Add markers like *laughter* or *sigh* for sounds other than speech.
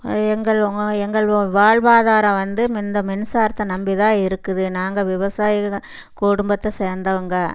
எங்கள் *unintelligible* எங்கள் வாழ்வாதாரம் வந்து இந்த மின்சாரத்தை நம்பிதான் இருக்குது நாங்கள் விவசாயிகள் குடும்பத்தை சேந்தவங்க